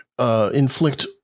Inflict